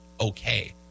okay